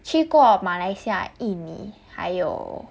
去过马来西亚印尼还有